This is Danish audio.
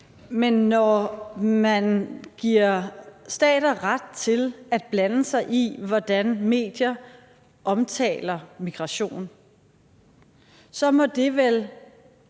Men når man giver stater ret til at blande sig i, hvordan medier omtaler migration, så må det vel,